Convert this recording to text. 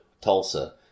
Tulsa